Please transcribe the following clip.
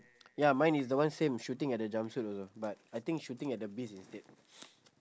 ya mine is the one same shooting at the junction also but I think shooting at the bees instead